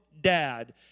dad